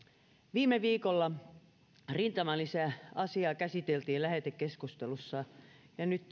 viime viikolla rintamalisäasiaa käsiteltiin lähetekeskustelussa ja nyt